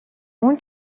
اون